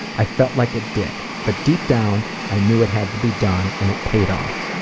i felt like a dick. but deep down, i knew it had to be done and it paid off.